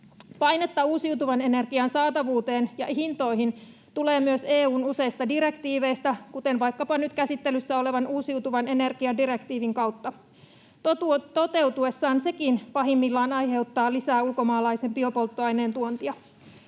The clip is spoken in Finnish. Painetta uusiutuvan energian saatavuuteen ja hintoihin tulee myös EU:n useista direktiiveistä, kuten vaikkapa nyt käsittelyssä olevan uusiutuvan energian direktiivin kautta. Toteutuessaan sekin pahimmillaan aiheuttaa lisää ulkomaalaisen biopolttoaineen tuontia.